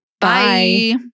Bye